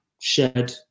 shared